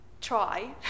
try